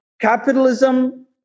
Capitalism